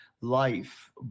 life